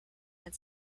had